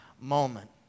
moment